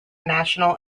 national